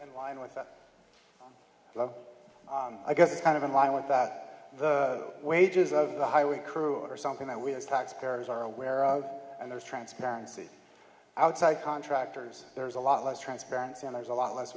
wind with that well i guess it's kind of in line with that the wages of the highway crew are something that we as taxpayers are aware of and there's transparency outside contractors there's a lot less transparency and there's a lot less